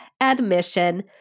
admission